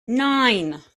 nine